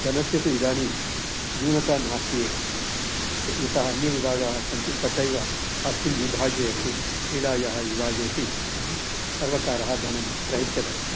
धनस्य तु इदानीं न्यूनता नास्ति एव यतः अन्यविभागाः सन्ति तथैव अस्मिन् विभागे अपि क्रीडायाः विभागे अपि सर्वकारः धनं प्रयच्छन्नस्ति